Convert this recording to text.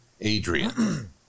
Adrian